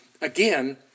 Again